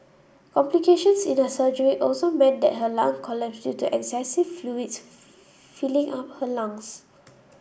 complications in her surgery also meant that her lung collapsed due to excessive fluid filling up her lungs